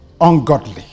ungodly